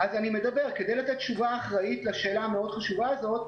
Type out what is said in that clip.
כדי לתת תשובה אחראית לשאלה המאוד חשובה הזו,